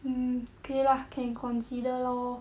mm 可以 lah can consider lor